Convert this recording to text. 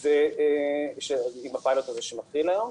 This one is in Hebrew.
עם הפיילוט שמתחיל היום.